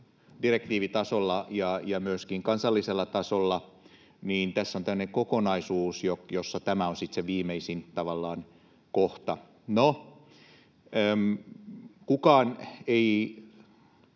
direktiivitasolla ja myöskin kansallisella tasolla, niin tässä on tämmöinen kokonaisuus, jossa tämä on tavallaan se viimeisin kohta. No, kukaan ei